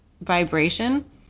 vibration